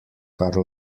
kar